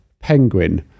penguin